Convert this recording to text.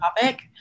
topic